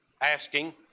asking